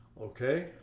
Okay